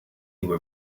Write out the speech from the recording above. were